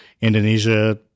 Indonesia